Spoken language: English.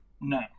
No